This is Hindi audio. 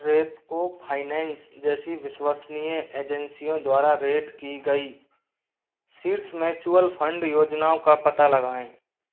रेपको फाइनेंस जैसी विश्वसनीय एजेंसियों द्वारा रेट की गई शीर्ष म्युचुअल फण्ड योजनाओं का पता लगाएं